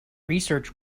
research